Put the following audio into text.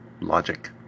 logic